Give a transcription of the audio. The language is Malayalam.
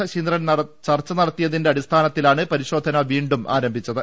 ശശീന്ദ്രൻ ചർച്ച നടത്തിയതിന്റെ അടി സ്ഥാനത്തിലാണ് പ്രിശോധന വീണ്ടും ആരംഭിച്ചത്